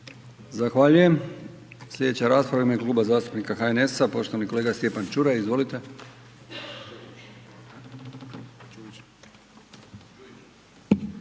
Zahvaljujem. Sljedeća rasprava u ime Kluba zastupnika HNS-a, poštovani kolega Stjepan Čuraj. Izvolite.